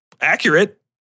accurate